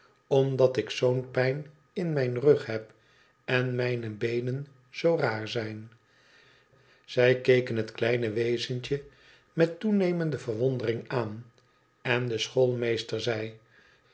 omdat ik zoo n pijn in mijn rug heb en mijne beenen zoo raar zijn zij keken het kleine wezentje met toenemende verwondering aan en de schoolmeester zei